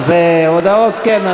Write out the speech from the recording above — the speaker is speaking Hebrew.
43 בעד, 20 נגד, אין נמנעים.